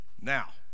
Now